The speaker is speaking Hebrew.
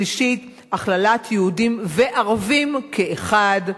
שלישית, הכללת יהודים וערבים כאחד.